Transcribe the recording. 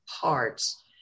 parts